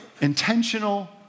Intentional